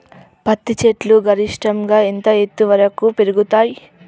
పత్తి చెట్లు గరిష్టంగా ఎంత ఎత్తు వరకు పెరుగుతయ్?